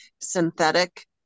synthetic